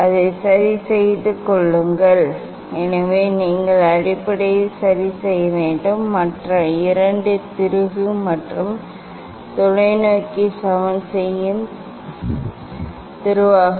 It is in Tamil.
அதை சரிசெய்து கொள்ளுங்கள் எனவே நீங்கள் அடிப்படையில் சரிசெய்ய வேண்டும் மற்ற இரண்டு திருகு மற்றும் தொலைநோக்கி சமன் செய்யும் திருகு